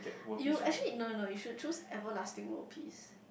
you actually no no no you should choose everlasting world peace